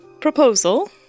proposal